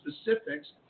specifics